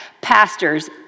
pastors